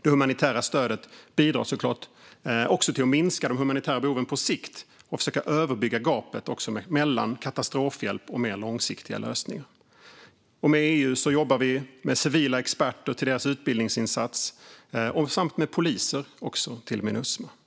Det humanitära stödet bidrar såklart också till att minska de humanitära behoven på sikt och försöka överbrygga gapet mellan katastrofhjälp och mer långsiktiga lösningar. Med EU jobbar vi med civila experter till deras utbildningsinsats samt med poliser till Minusma.